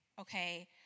okay